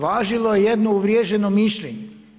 Važilo je jedno uvriježeno mišljenje.